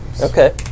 Okay